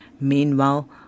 Meanwhile